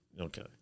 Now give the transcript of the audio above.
Okay